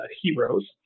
heroes